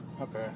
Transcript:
Okay